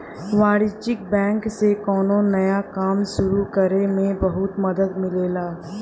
वाणिज्यिक बैंक से कौनो नया काम सुरु करे में बहुत मदद मिलेला